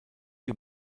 you